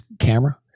camera